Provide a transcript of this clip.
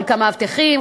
חלקם מאבטחים,